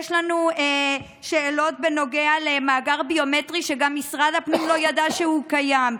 יש לנו שאלות בנוגע למאגר ביומטרי שגם משרד הפנים לא ידע שהוא קיים.